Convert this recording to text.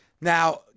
Now